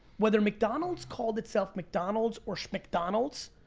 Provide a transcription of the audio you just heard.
whether mcdonald's called itself mcdonald's or schmcdonald's,